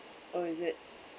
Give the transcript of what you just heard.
oh is it